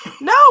No